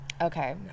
Okay